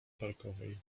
parkowej